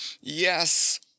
Yes